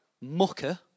mucker